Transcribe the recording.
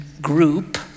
group